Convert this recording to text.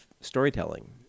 storytelling